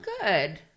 good